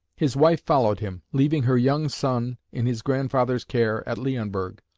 his wife followed him, leaving her young son in his grandfather's care at leonberg,